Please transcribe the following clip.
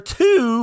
two